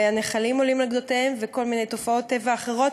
והנחלים עולים על גדותיהם וכל מיני תופעות טבע אחרות,